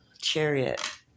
Chariot